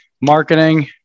marketing